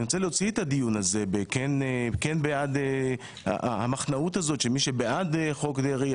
אני רוצה להוציא את הדיון הזה בקשר למחנאות הזאת שמי שבעד חוק דרעי,